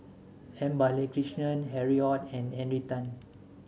M Balakrishnan Harry Ord and Henry Tan